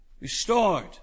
restored